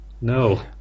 no